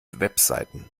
webseiten